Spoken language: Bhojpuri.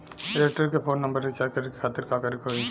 एयरटेल के फोन नंबर रीचार्ज करे के खातिर का करे के होई?